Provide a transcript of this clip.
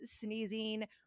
sneezing